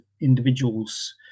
individuals